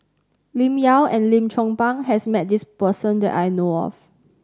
Lim Yau and Lim Chong Pang has met this person that I know of